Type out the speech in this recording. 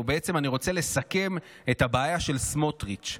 בעצם אני רוצה לסכם את הבעיה של סמוטריץ':